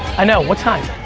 i know, what time,